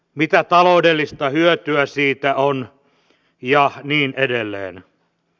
mitä taloudellista hyötyä siitä on ja niin edelleen